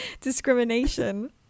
Discrimination